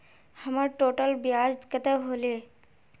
हमर टोटल ब्याज कते होले?